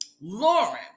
Lauren